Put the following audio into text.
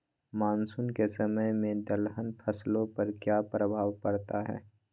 Monsoon के समय में दलहन फसलो पर क्या प्रभाव पड़ता हैँ?